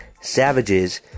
Savages